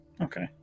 Okay